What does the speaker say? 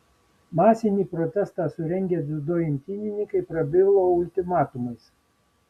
masinį protestą surengę dziudo imtynininkai prabilo ultimatumais